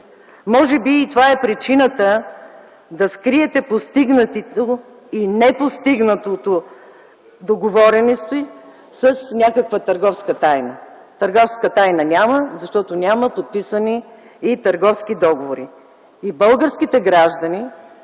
Може би и това е причината да скриете постигнатото и непостигнатото, договореностите, с някаква търговска тайна. Търговска тайна няма, защото няма подписани и търговски договори.